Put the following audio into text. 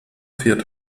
fährt